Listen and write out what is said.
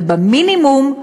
ובמינימום,